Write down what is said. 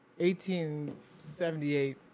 1878